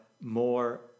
more